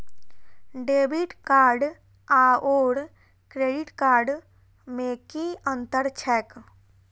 Debit card आओर credit card मे की अन्तर छैक?